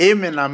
Amen